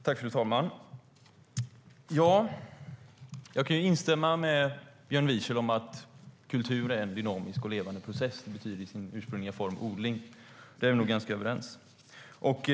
Fru talman! Jag kan instämma med Björn Wiechel om att kultur är en dynamisk och levande process. Det betyder ju i sin ursprungliga form "odling". Där är vi ganska överens.